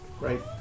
right